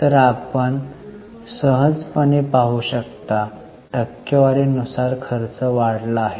तर आपण सहजपणे पाहू शकता टक्केवारी नुसार खर्च वाढला आहे